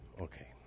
Okay